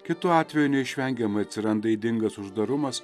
kitu atveju neišvengiamai atsiranda ydingas uždarumas